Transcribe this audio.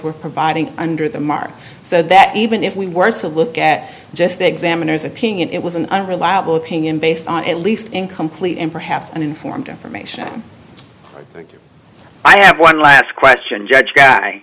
were providing under the mark so that even if we worse a look at just the examiner's opinion it was an unreliable opinion based on at least incomplete and perhaps uninformed information i have one last question judge